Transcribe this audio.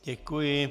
Děkuji.